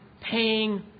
paying